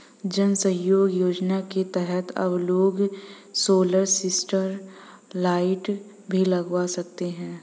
जन सहयोग योजना के तहत अब लोग सोलर स्ट्रीट लाइट भी लगवा सकते हैं